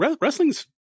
wrestling's